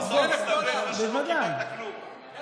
בסוף יסתבר לך שלא קיבלת כלום.